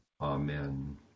Amen